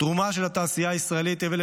התרומה של התעשייה הישראלית הביאה